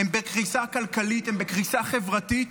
הם בקריסה כלכלית, הם בקריסה חברתית,